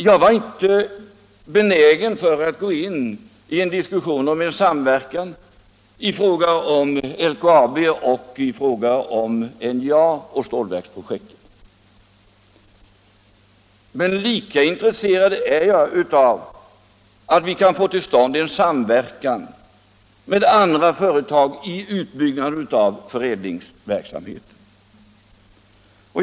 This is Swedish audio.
Jag var inte benägen att gå in i en diskussion om en samverkan i fråga om LKAB och i fråga om NJA och stålverksprojektet, men jag är intresserad av att vi kan få till stånd en samverkan med andra företag i utbyggnaden av förädlingsverksamheten.